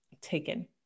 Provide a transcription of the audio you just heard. taken